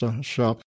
shop